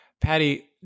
Patty